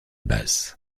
basse